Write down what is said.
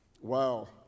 Wow